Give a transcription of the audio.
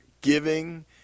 giving